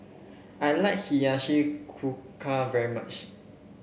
I like Hiyashi Chuka very much